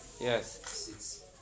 Yes